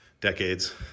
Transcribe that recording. decades